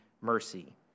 mercy